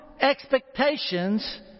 expectations